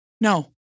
No